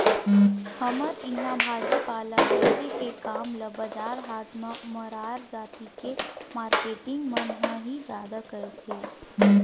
हमर इहाँ भाजी पाला बेंचे के काम ल बजार हाट म मरार जाति के मारकेटिंग मन ह ही जादा करथे